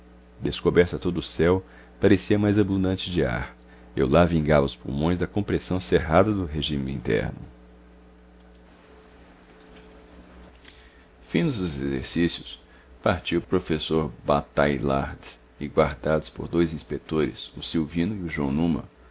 todo o céu parecia mais abundante de ar eu lá vingava os pulmões da compressão cerrada do regime interno findos os exercícios partia o professor bataillard e guardados por dois inspetores o silvino e o joão numa